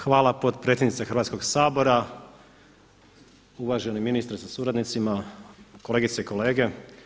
Hvala potpredsjednice Hrvatskog sabora, uvaženi ministre sa suradnicima, kolegice i kolege.